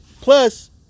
Plus